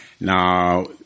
Now